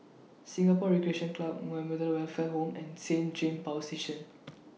Singapore Recreation Club Muhammadiyah Welfare Home and Saint James Power Station